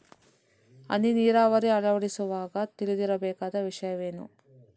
ಹನಿ ನೀರಾವರಿ ಅಳವಡಿಸುವಾಗ ತಿಳಿದಿರಬೇಕಾದ ವಿಷಯವೇನು?